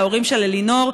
ההורים של אלינור,